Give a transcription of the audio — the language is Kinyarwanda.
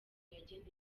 yagenewe